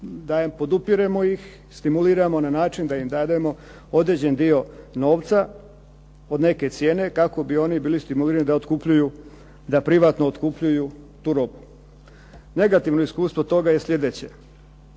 sad mi podupiremo ih, stimuliramo na način da im dademo određen dio novca od neke cijene kako bi oni bili stimulirani da otkupljuju, da privatno otkupljuju tu robu. Negativno iskustvo toga je sljedeće.